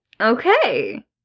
Okay